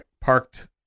parked